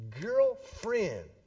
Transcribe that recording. girlfriend